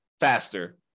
faster